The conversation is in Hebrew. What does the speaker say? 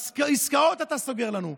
עסקאות אתה סוגר לנו.